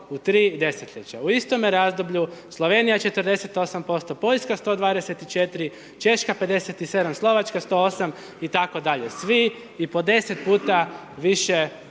u 3 desetljeća. U istome razdoblju Slovenija 48%, Poljska 124%, Češka 57%, Slovačka 108% itd., svi i po 10 puta više